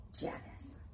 Janice